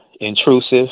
intrusive